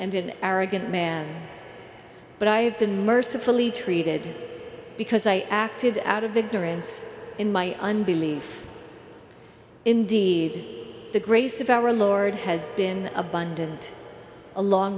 an arrogant man but i have been mercifully treated because i acted out of ignorance in my unbelief indeed the grace of our lord has been abundant along